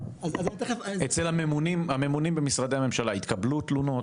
--- אצל הממונים במשרדי הממשלה התקבלו תלונות?